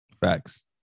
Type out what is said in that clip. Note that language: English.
Facts